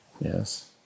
yes